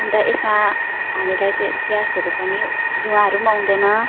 अन्त यसमा हामीलाई त्यो ग्यासहरू पनि धुँवाहरू पनि आउँदैन